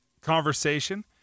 conversation